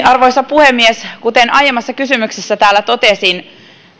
arvoisa puhemies kuten aiemmassa kysymyksessä täällä totesin